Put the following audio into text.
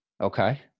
Okay